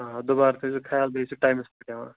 آ دُبارٕ تھٲوِزیٚو خَیال بیٚیہِ ٲسۍزیٚو ٹایمَس پیٚٹھ یِوان